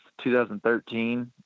2013